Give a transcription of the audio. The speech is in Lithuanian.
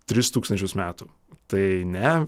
tris tūkstančius metų tai ne